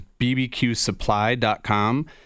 bbqsupply.com